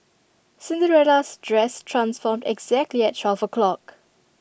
Cinderella's dress transformed exactly at twelve o' clock